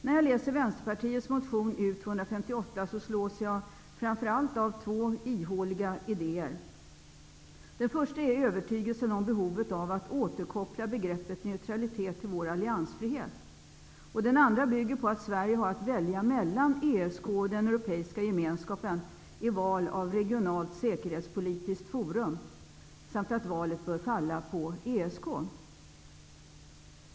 När jag läser Vänsterpartiets motion U258 slås jag framför allt av två ihåliga idéer. Den första är övertygelsen om behovet av att återkoppla begreppet neutralitet till vår alliansfrihet. Den andra bygger på att Sverige har att välja mellan ESK och den europeiska gemenskapen i val av regionalt säkerhetspolitiskt forum samt att valet bör falla på ESK.